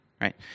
right